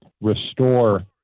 restore